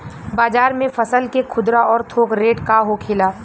बाजार में फसल के खुदरा और थोक रेट का होखेला?